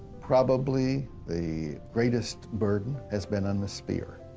probably the greatest burden has been on the spear,